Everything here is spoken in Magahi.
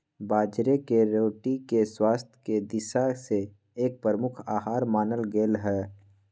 बाजरे के रोटी के स्वास्थ्य के दिशा से एक प्रमुख आहार मानल गयले है